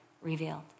revealed